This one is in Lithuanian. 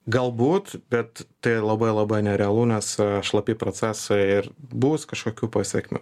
galbūt bet tai labai labai nerealu nes šlapi procesai ir bus kažkokių pasekmių